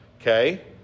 Okay